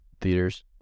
theaters